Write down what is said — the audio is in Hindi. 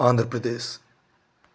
आंध्र प्रदेश